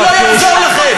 זה לא יעזור לכם.